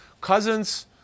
Cousins